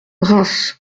reims